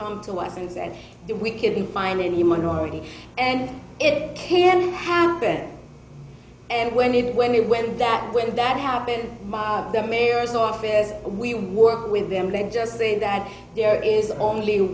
comes to life and say we couldn't find any minority and it can happen and when it when we when that when that happened the mayor's office we work with them they just say that there is only